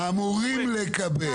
אמורים לקבל.